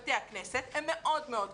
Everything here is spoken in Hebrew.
בתי הכנסת הם מאוד מאוד קבועים.